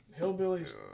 Hillbillies